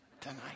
tonight